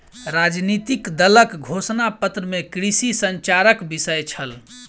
राजनितिक दलक घोषणा पत्र में कृषि संचारक विषय छल